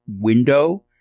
window